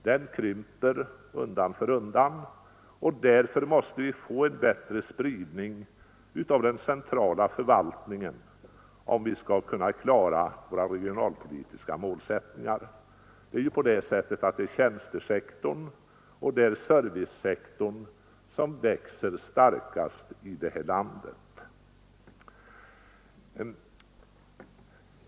Den krymper undan för undan och därför måste vi få en bättre spridning av den centrala förvaltningen om vi skall kunna klara våra regionalpolitiska målsättningar. Det är på det sättet att tjänstesektorn och servicesektorn växer starkast i det här landet.